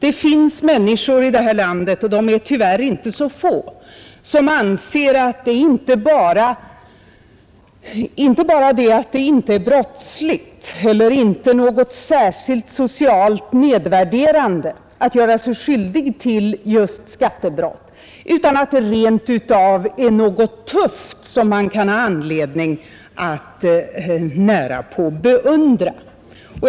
Det finns människor i detta land — de är tyvärr inte så få — som anser inte bara att det inte är brottsligt eller inte något särskilt socialt nedsättande att göra sig skyldig till just skattebrott utan att det rent av är något tufft som man kan ha anledning att närapå beundra.